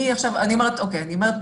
אני אומרת,